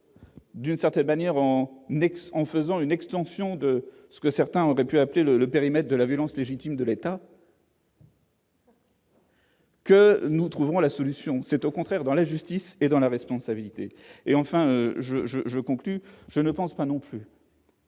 d'une certaine manière, on next en faisant une extension de ce que certains auraient pu appeler le le périmètre de la violence légitime de l'État. Que nous trouverons la solution, c'est au contraire dans la justice et dans la responsabilité et enfin je je je conclus : je ne pense pas non plus.